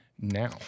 Now